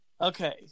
okay